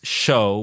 show